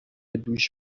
دوش